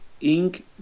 ink